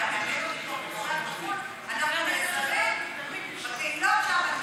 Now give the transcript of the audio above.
אתה נעזר בקהילות שם,